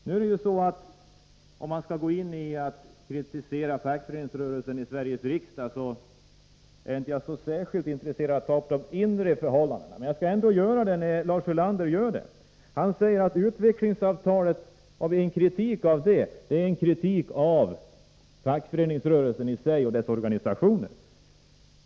Om man i Sveriges riksdag skall gå in på att kritisera fackföreningsrörelsen är jag inte särskilt intresserad av att ta upp de inre förhållandena, men jag skall ändå beröra dem eftersom Lars Ulander gör det. Han säger att en kritik mot utvecklingsavtalet är kritik mot fackföreningsrörelsen i sig och dess organisationer.